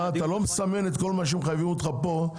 אתה לא מסמן את כל מה שמחייבים אותך פה.